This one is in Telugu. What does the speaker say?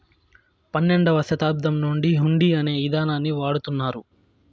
పన్నెండవ శతాబ్దం నుండి హుండీ అనే ఇదానాన్ని వాడుతున్నారు